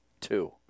two